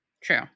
True